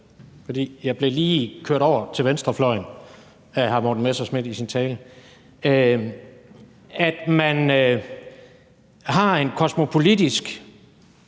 for jeg blev lige kørt over til venstrefløjen af hr. Morten Messerschmidt i talen – at man har en kosmopolitisk